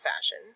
fashion